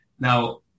Now